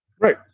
Right